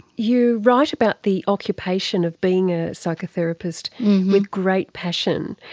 you write about the occupation of being a psychotherapist with great passion.